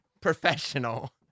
professional